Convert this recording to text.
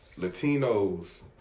Latinos